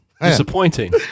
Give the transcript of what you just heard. Disappointing